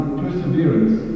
perseverance